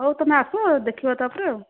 ହଉ ତୁମେ ଆସ ଦେଖିବା ତାପରେ ଆଉ